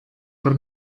per